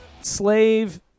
Slave